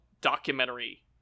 documentary